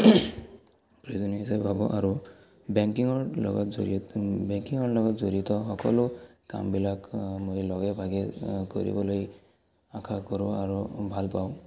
প্ৰয়োজনীয় হিচাপে ভাবোঁ আৰু বেংকিঙৰ লগত জৰিয় বেংকিঙৰ লগত জড়িত সকলো কামবিলাক মই লগে ভাগে কৰিবলৈ আশা কৰোঁ আৰু ভাল পাওঁ